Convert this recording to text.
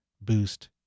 boost